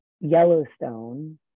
Yellowstone